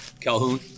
Calhoun